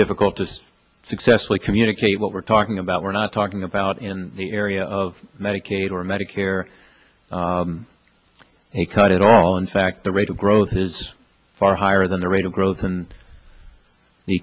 difficult to successfully communicate what we're talking about we're not talking about in the area of medicaid or medicare he cut it all in fact the rate of growth is far higher than the rate of growth and the